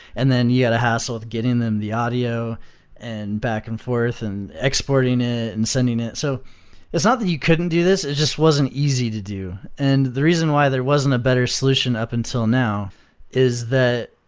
and then you had a hassle of getting them the audio and back and forth, and exporting it, and sending it. so it's not that you couldn't do this, it just wasn't easy to do. the reason why there wasn't a better solution up until now is that,